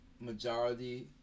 majority